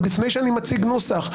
עוד לפני שאני מציג נוסח,